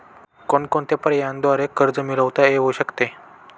कोणकोणत्या पर्यायांद्वारे कर्ज मिळविता येऊ शकते?